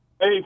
Hey